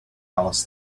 alice